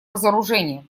разоружения